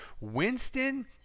Winston